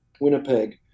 Winnipeg